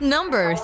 Number